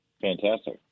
Fantastic